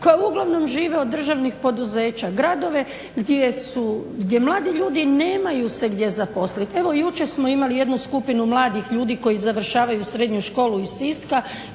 koja uglavnom žive od državnih poduzeća, gradove gdje mladi ljudi nemaju se gdje zaposliti? Evo jučer smo imali jednu skupinu mladih ljudi koji završavaju srednju školu iz Siska